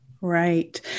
Right